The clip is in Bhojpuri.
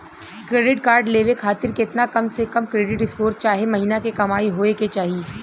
क्रेडिट कार्ड लेवे खातिर केतना कम से कम क्रेडिट स्कोर चाहे महीना के कमाई होए के चाही?